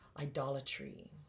idolatry